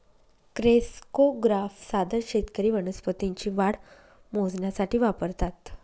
crescograph साधन शेतकरी वनस्पतींची वाढ मोजण्यासाठी वापरतात